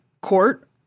court